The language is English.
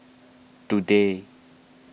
today